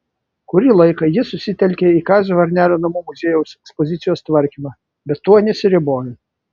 kurį laiką ji susitelkė į kazio varnelio namų muziejaus ekspozicijos tvarkymą bet tuo nesiribojo